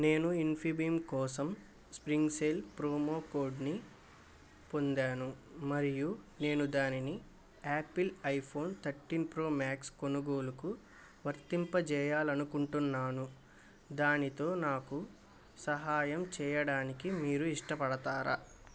నేను ఇన్ఫీబీమ్ కోసం spring sale promo కోడ్ని పొందాను మరియు నేను దానిని Apple iPhone thirteen Pro Max కొనుగోలుకు వర్తింపజేయాలి అనుకుంటున్నాను దానితో నాకు సహాయం చేయడానికి మీరు ఇష్టపడతారా